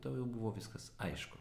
tau jau buvo viskas aišku